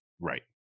right